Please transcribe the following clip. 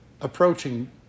approaching